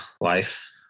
life